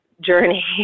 journey